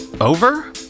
over